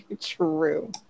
True